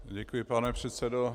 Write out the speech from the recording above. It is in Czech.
Děkuji, pane předsedo.